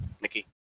Nikki